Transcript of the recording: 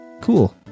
cool